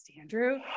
Andrew